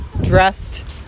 dressed